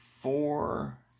four